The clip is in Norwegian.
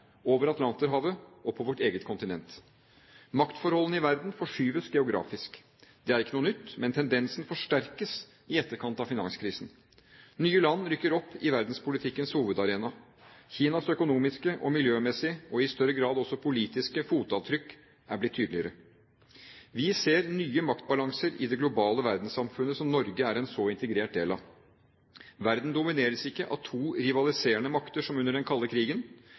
over Atlanterhavet og på vårt eget kontinent. Maktforholdene i verden forskyves geografisk. Det er ikke noe nytt, men tendensen forsterkes i etterkant av finanskrisen. Nye land rykker opp på verdenspolitikkens hovedarena. Kinas økonomiske og miljømessige – og i større grad også politiske – fotavtrykk er blitt tydeligere. Vi ser nye maktbalanser i det globale verdenssamfunnet, som Norge er en så integrert del av. Verden domineres ikke av to rivaliserende makter, som under den kalde krigen.